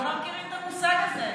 אתם לא מכירים את המושג הזה.